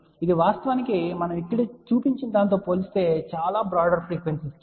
ఇది వాస్తవానికి మనం ఇక్కడ చూపించిన దానితో పోలిస్తే చాలా బ్రాడర్ ఫ్రీక్వెన్సీ స్కేల్